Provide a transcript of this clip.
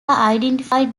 identified